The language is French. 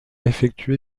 effectué